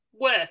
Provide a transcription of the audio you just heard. worth